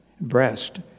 breast